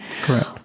Correct